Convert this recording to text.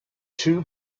two